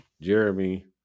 Jeremy